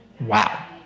Wow